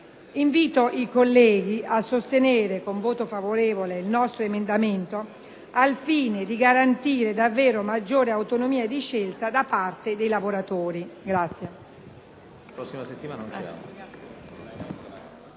Invito i colleghi a sostenere con voto favorevole il nostro emendamento, al fine di garantire davvero maggiore autonomia di scelta da parte dei lavoratori.